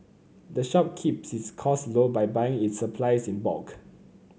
the shop keeps its cost low by buying its supplies in bulk